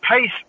pace